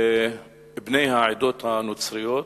בני העדות הנוצריות